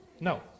no